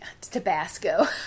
Tabasco